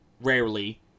Rarely